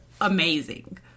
amazing